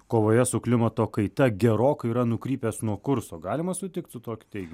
kovoje su klimato kaita gerokai yra nukrypęs nuo kurso galima sutikt su tokiu teiginiui